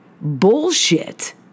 bullshit